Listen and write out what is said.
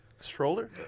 stroller